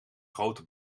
grote